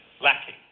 lacking